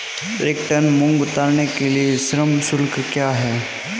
एक टन मूंग उतारने के लिए श्रम शुल्क क्या है?